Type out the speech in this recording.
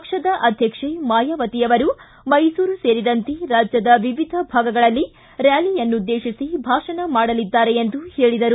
ಪಕ್ಷದ ಅಧ್ವಕ್ಷೆ ಮಾಯಾವತಿ ಅವರು ಮೈಸೂರು ಸೇರಿದಂತೆ ರಾಜ್ಯದ ವಿವಿಧ ಭಾಗಗಳಲ್ಲಿ ರ್ತಾಲಿಯನ್ನುದ್ದೇತಿಸಿ ಭಾಷಣ ಮಾಡಲಿದ್ದಾರೆ ಎಂದು ಹೇಳಿದರು